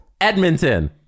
Edmonton